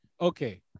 okay